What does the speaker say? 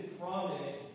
promise